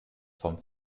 vom